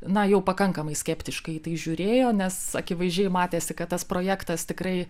na jau pakankamai skeptiškai į tai žiūrėjo nes akivaizdžiai matėsi kad tas projektas tikrai